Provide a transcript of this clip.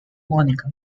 monica